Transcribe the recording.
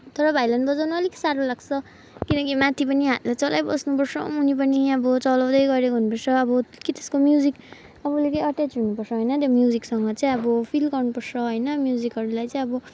तर भायोलिन बजाउन अलिक साह्रो लाग्छ किनकि माथि पनि हातले चलाइबस्नुपर्छ मुनि पनि अब चलाउँदै गरेको हुनुपर्छ अब कि त्यसको म्युजिक आफूलाई चाहिँ अटेच हुनुपर्छ होइन त्यो म्युजिकसँग चाहिँ अब फिल गर्नुपर्छ होइन म्युजिकहरूलाई चाहिँ अब